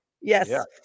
Yes